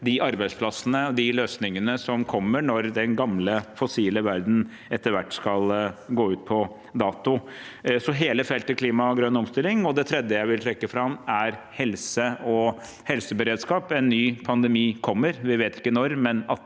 de arbeidsplassene og de løsningene som kommer når den gamle fossile verdenen etter hvert skal gå ut på dato. Det andre var altså hele feltet klima og grønn omstilling. Det tredje jeg vil trekke fram, er helse og helseberedskap. En ny pandemi kommer – vi vet ikke når,